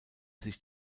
sich